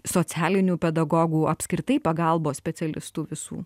socialinių pedagogų apskritai pagalbos specialistų visų